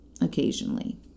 occasionally